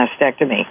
mastectomy